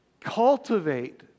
Cultivate